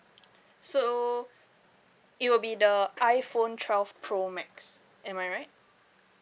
so it will be the a iPhone twelve pro max am I right